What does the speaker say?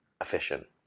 efficient